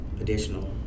additional